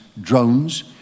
drones